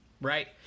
right